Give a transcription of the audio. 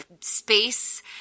space –